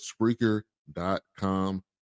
Spreaker.com